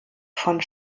von